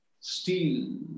Steel